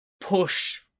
push